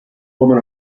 woman